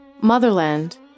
Motherland